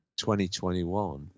2021